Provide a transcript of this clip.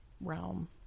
realm